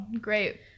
great